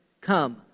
Come